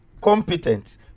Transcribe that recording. competent